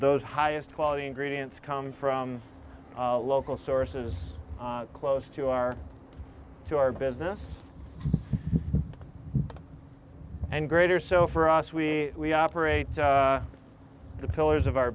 those highest quality ingredients come from local sources close to our to our business and greater so for us we operate the pillars of our